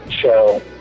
show